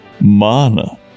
Mana